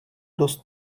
dost